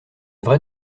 vraie